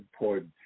important